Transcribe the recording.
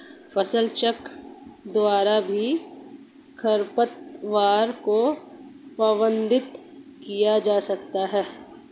फसलचक्र द्वारा भी खरपतवार को प्रबंधित किया जा सकता है